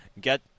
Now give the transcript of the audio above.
get